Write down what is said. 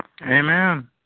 Amen